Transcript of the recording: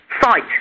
fight